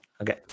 Okay